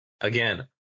Again